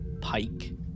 Pike